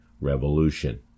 Revolution